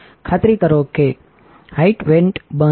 ખાતરી કરો કે highંચી વેન્ટ બંધ છે